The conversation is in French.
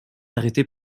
arrêté